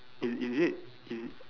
is is it is